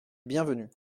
bienvenu